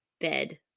bed